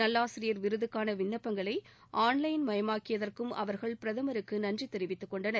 நல்லாசிரியர் விருதுக்கான விண்ணப்பங்களை ஆன் லைன் மயமாக்கியதற்கும் அவர்கள் பிரதமாுக்கு நன்றி தெரிவித்துக் கொண்டன்